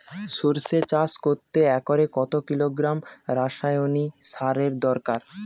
সরষে চাষ করতে একরে কত কিলোগ্রাম রাসায়নি সারের দরকার?